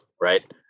right